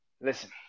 Listen